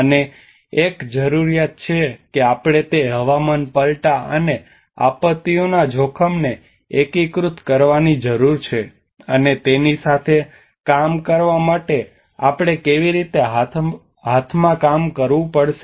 અને એક જરૂરિયાત છે કે આપણે તે હવામાન પલટા અને આપત્તિના જોખમને એકીકૃત કરવાની જરૂર છે અને તેની સાથે કામ કરવા માટે આપણે કેવી રીતે હાથમાં કામ કરવું પડશે